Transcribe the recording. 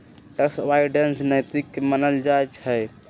tax avoidance नैतिक न मानल जाइ छइ